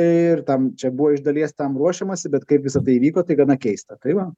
ir tam čia buvo iš dalies tam ruošiamasi bet kaip visa tai įvyko tai gana keista tai va